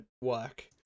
work